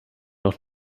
noch